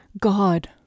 God